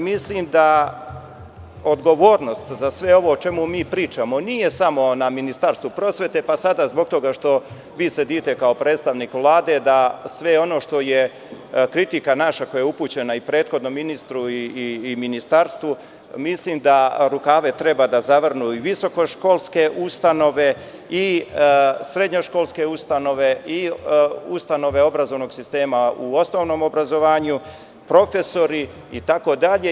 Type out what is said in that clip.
Mislim da odgovornost za sve ovo o čemu pričamo nije samo na Ministarstvu prosveta, pa sada zbog toga što vi sedite kao predstavnik Vlade, da sve ono što je kritika naša upućena i prethodnom ministru i ministarstvu, i mislim da rukave treba da zavrnu i visokoškolske ustanove i srednjoškolske ustanove i ustanove obrazovnog sistema u osnovnom obrazovanju, profesori itd.